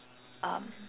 um